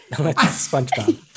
SpongeBob